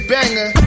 Banger